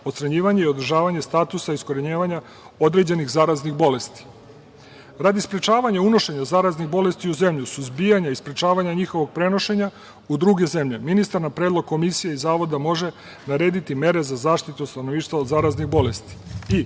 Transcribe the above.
i održavanje statusa iskorenjivanja određenih zaraznih bolesti. Radi sprečavanja unošenja zaraznih bolesti u zemlju, suzbijanje i sprečavanja njihovog prenošenja u druge zemlje, ministar na predlog Komisije i Zavoda može narediti mere za zaštitu stanovništva od zaraznih bolesti